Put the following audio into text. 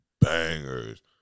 bangers